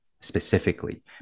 specifically